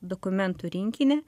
dokumentų rinkinį